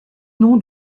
nom